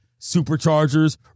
Superchargers